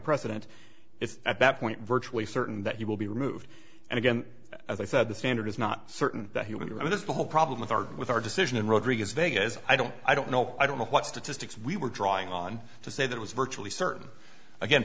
precedent it's at that point virtually certain that he will be removed and again as i said the standard is not certain that he was the whole problem with our with our decision and rodriguez vegas i don't i don't know i don't know what statistics we were drawing on to say that was virtually certain again